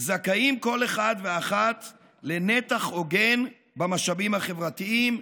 זכאי כל אחד ואחת לנתח הוגן במשאבים החברתיים,